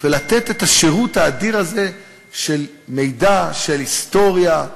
ולתת את השירות האדיר הזה של מידע, של היסטוריה,